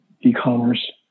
e-commerce